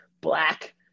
black